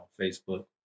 Facebook